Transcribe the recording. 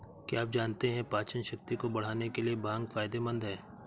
क्या आप जानते है पाचनशक्ति को बढ़ाने के लिए भांग फायदेमंद है?